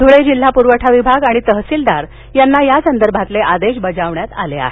धुळे जिल्हा पुरवठा विभाग आणि तहसिलदार यांना यासंदर्भातले आदेश बजावण्यात आले आहेत